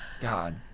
God